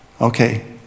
Okay